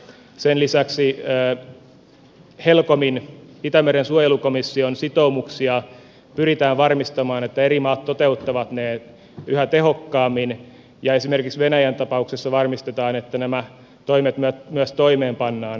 sen lisäksi helcomin itämeren suojelukomission sitoumuksia pyritään varmistamaan että eri maat toteuttavat ne yhä tehokkaammin ja esimerkiksi venäjän tapauksessa varmistetaan että nämä toimet myös toimeenpannaan